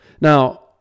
Now